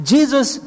Jesus